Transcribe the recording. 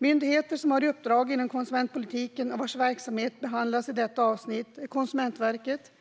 Myndigheter som har uppdrag inom konsumentpolitiken och vars verksamheter behandlas i detta avsnitt är Konsumentverket,